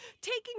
taking